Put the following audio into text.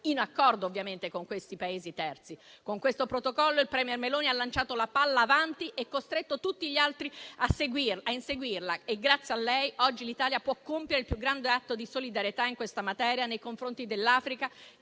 in accordo con questi Paesi terzi. Con questo protocollo, la *premier* Meloni ha lanciato la palla avanti e costretto tutti gli altri a inseguirla; grazie a lei oggi l'Italia può compiere il più grande atto di solidarietà in questa materia nei confronti dell'Africa